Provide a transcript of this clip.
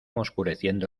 oscureciendo